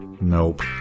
Nope